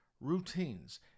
Routines